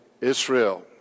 Israel